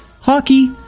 hockey